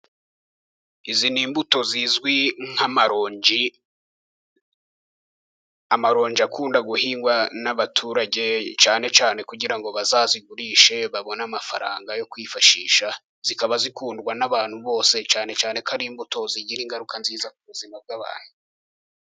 Izi ni imbuto zizwi nk'amaronji, amaronji akunda guhingwa n'abaturage, cyane cyane kugira ngo bazazigurishe babone amafaranga yo kwifashisha, zikaba zikundwa n'abantu bose, cyane cyane ko ari imbuto zigira ingaruka nziza ku buzima bw'abantu.